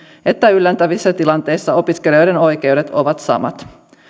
että yllättävissä tilanteissa opiskelijoiden oikeudet ovat samat